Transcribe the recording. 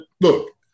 look